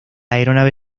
aeronave